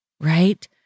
right